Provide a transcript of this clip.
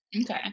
Okay